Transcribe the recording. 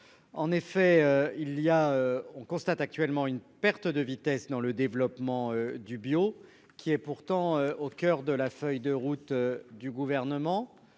En effet il y a on constate actuellement une perte de vitesse dans le développement du bio qui est pourtant au coeur de la feuille de route du gouvernement